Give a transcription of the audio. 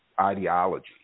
ideology